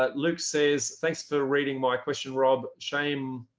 but luke says thanks for reading my question rob. shame.